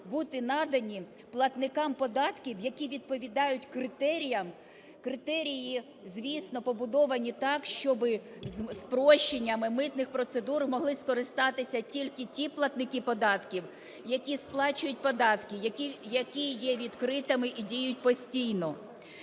бути надані платникам податків, які відповідають критеріям. Критерії, звісно, побудовані так, щоби спрощеннями митних процедур могли скористатися тільки ті платники податків, які сплачують податки, які є відкритими і діють постійно.